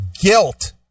guilt